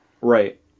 Right